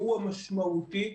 שהוא המשמעותי.